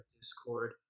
Discord